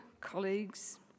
colleagues